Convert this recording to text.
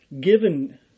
given